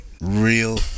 real